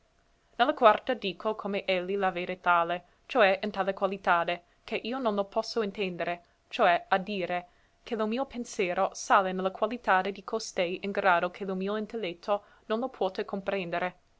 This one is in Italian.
la quarta dico come elli la vede tale cioè in tale qualitade che io non lo posso intendere cioè a dire che lo mio pensero sale ne la qualitade di costei in grado che lo mio intelletto no lo puote comprendere